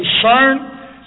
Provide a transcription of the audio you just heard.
concern